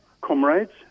comrades